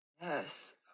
Yes